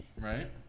right